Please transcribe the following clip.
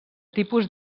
tipus